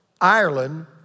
Ireland